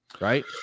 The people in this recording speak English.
right